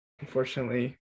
unfortunately